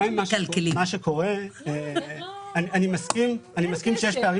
אני מסכים שיש פערים.